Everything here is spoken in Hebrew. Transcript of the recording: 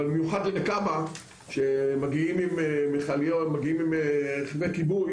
אבל יש כאלה שמגיעים עם רכבי כיבוי